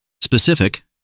specific